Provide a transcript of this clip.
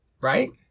Right